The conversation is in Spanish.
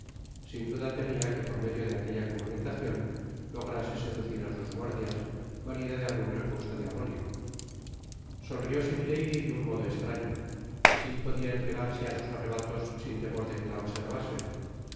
sin duda temia que por medio de aquella comunicacion lograse seducir á sus guardias valida de algun recurso diabólico sonrióse milady de un modo estraño asi podia entregarse á sus arrebatos sin temor de que la observasen recorrió el